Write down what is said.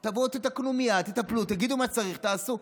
תבואו, תתקנו מייד, תטפלו, תגידו מה שצריך ותעשו.